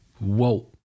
Whoa